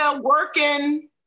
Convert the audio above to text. working